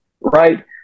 right